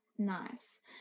Nice